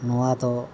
ᱱᱚᱣᱟ ᱫᱚ